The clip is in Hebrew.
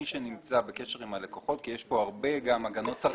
מי שנמצא בקשר עם הלקוחות, כי יש כאן הרבה הגנות.